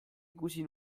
ikusi